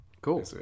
Cool